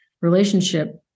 relationship